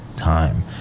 time